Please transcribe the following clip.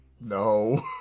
no